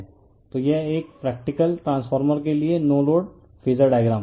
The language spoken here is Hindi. तो यह एक प्रैक्टिकल ट्रांसफार्मर के लिए नो लोड फेजर डायग्राम है